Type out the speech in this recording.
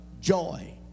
joy